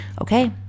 Okay